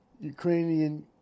Ukrainian